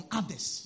others